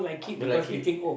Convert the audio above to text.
don't like it